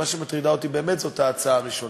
מה שמטריד אותי באמת זה ההצעה הראשונה.